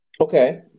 Okay